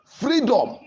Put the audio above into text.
Freedom